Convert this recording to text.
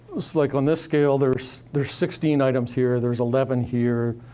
like on this scale, there's there's sixteen items here. there's eleven here.